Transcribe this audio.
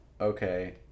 Okay